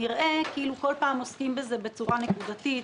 נראה כאילו כל פעם עוסקים בזה בצורה נקודתית,